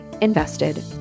invested